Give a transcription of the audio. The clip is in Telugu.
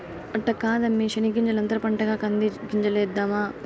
అట్ట కాదమ్మీ శెనగ్గింజల అంతర పంటగా కంది గింజలేద్దాము